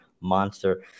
monster